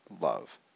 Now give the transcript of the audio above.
love